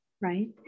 right